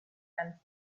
and